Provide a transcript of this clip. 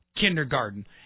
kindergarten